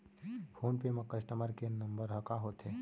Phone पे म customer care number ह का होथे?